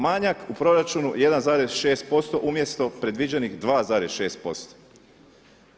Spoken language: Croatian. Manjak u proračunu 1,6% umjesto predviđenih 2,6%